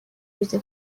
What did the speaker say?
روزی